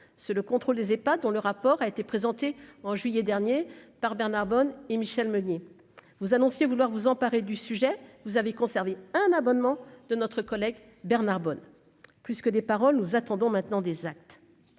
sur le contrôle des États dont le rapport a été présenté en juillet dernier par Bernard Bonne et Michel Meunier, vous annonciez vouloir vous emparer du sujet vous avez conservé un abonnement de notre collègue Bernard Bonne, plus que des paroles, nous attendons maintenant des actes,